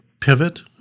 pivot